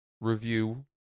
review